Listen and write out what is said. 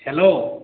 hello